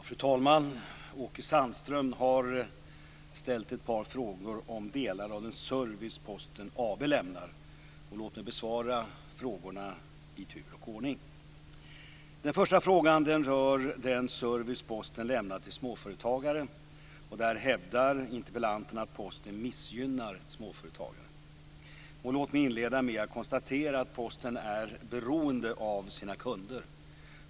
Fru talman! Åke Sandström har ställt ett par frågor om delar av den service Posten AB lämnar. Låt mig besvara frågorna i tur och ordning. Den första frågan rör den service Posten lämnar till småföretagare. Där hävdar interpellanten att Posten missgynnar småföretagare. Låt mig inleda med att konstatera att Posten är beroende av sina kunder.